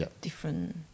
different